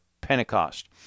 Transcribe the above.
Pentecost